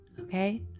okay